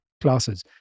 classes